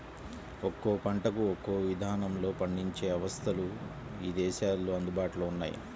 ఒక్కో పంటకు ఒక్కో ఇదానంలో పండించే అవస్థలు ఇదేశాల్లో అందుబాటులో ఉన్నయ్యి